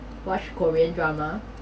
watch korean drama